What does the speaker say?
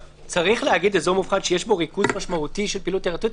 צריך להגיד אזור מובחן שיש בו ריכוז משמעותי של פעילות תיירותית?